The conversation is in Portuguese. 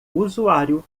usuário